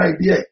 idea